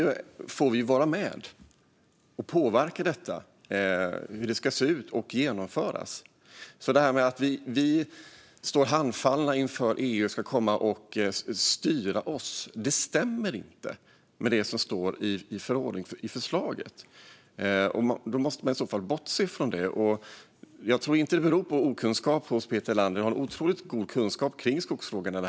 Vi får vara med och påverka hur detta ska se ut och genomföras. Att vi står handfallna inför att EU ska komma och styra oss stämmer alltså inte med det som står i förslaget. Alltså bortser man från det. Jag tror inte att det beror på okunskap hos Peter Helander, som har otroligt god kunskap kring skogsfrågorna.